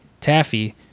Taffy